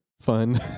fun